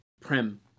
Prem